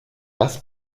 das